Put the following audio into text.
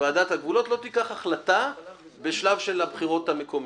שוועדת הגבולות לא תיקח החלטה בשלב של הבחירות המקומיות.